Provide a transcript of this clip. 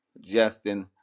Justin